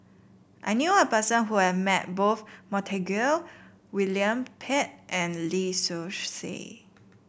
I knew a person who have met both Montague William Pett and Lee Seow Ser